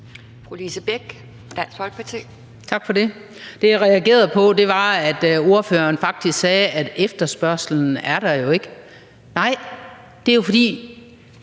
Lise Bech (DF): Tak for det. Det, jeg reagerede på, var, at ordføreren faktisk sagde, at efterspørgslen jo ikke er der. Nej, det er jo, fordi